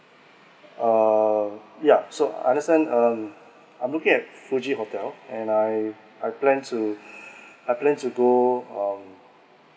err yeah so understand um I'm looking at fuji hotel and I I plan to I plan to go um